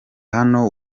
hano